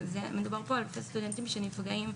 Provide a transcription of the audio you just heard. מדובר פה על אלפי סטודנטים שנפגעים.